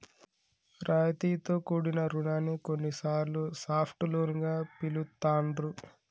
రాయితీతో కూడిన రుణాన్ని కొన్నిసార్లు సాఫ్ట్ లోన్ గా పిలుత్తాండ్రు